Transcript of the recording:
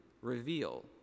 reveal